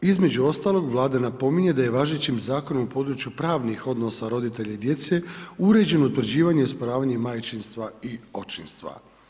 Između ostalog, Vlada napominjem da je važećim zakonom u području pravnih odnosa roditelja i djece uređeno utvrđivanje i osporavanje majčinstva i očinstva.